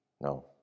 No